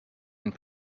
and